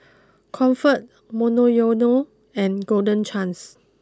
Comfort Monoyono and Golden Chance